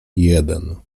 jeden